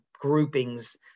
groupings